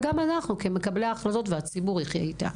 וגם אנחנו כמקבלי החלטות והציבור יחיה איתה.